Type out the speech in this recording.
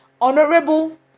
honorable